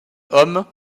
hommes